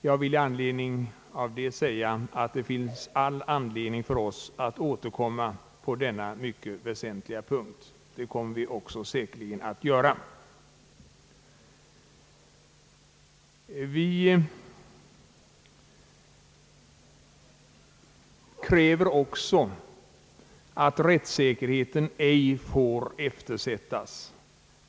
Jag vill till det säga att det finns all anledning för oss att återkomma på denna mycket väsentliga punkt, och det kommer vi också säkerligen att göra. Vi kräver också att rättssäkerheten ej får eftersättas.